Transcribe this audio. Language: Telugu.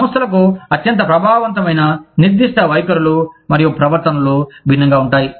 సంస్థలకు అత్యంత ప్రభావవంతమైన నిర్దిష్ట వైఖరులు మరియు ప్రవర్తనలు భిన్నంగా ఉంటాయి